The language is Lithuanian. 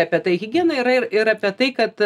apie tai higiena yra ir ir apie tai kad